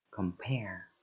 Compare